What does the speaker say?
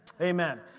Amen